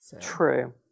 True